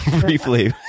briefly